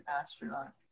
astronaut